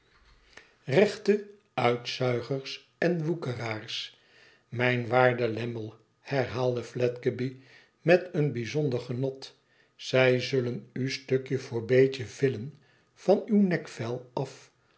rechte uitzuigers en woekeraars mijn waarde lammie herhaalde fledgeby met een bijzonder genot tzij zullen u stukje voor beetje villen van uw nekvel af